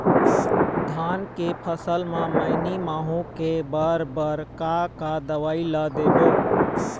धान के फसल म मैनी माहो के बर बर का का दवई ला देबो?